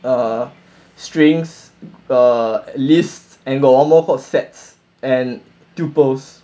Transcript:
the strings the list and got one more called sets and tuples